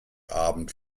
abend